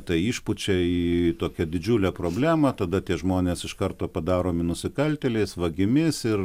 tai išpučia į tokią didžiulę problemą tada tie žmonės iš karto padaromi nusikaltėliais vagimis ir